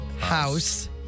house